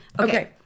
Okay